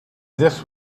this